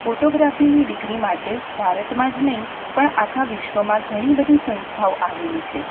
ફોટોગ્રાફીની ડિગ્રી માટે ભારતમાં જ નહીં પણ આખા વિશ્વમાં ઘણી બધી સંસ્થાઓ આવેલી છે